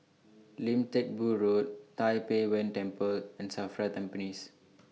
Lim Teck Boo Road Tai Pei Yuen Temple and SAFRA Tampines